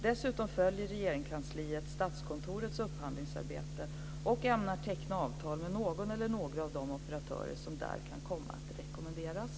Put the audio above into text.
Dessutom följer Regeringskansliet Statskontorets upphandlingsarbete och ämnar teckna avtal med någon eller några av de operatörer som där kan komma att rekommenderas.